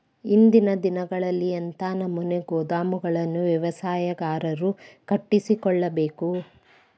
ಇಂದಿನ ದಿನಗಳಲ್ಲಿ ಎಂಥ ನಮೂನೆ ಗೋದಾಮುಗಳನ್ನು ವ್ಯವಸಾಯಗಾರರು ಕಟ್ಟಿಸಿಕೊಳ್ಳಬೇಕು?